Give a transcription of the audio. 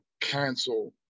cancel